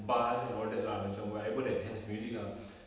bars and all that lah macam whatever that has music ah